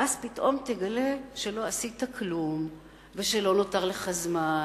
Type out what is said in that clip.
ואז פתאום תגלה שלא עשית כלום ולא נותר לך זמן,